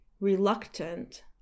reluctant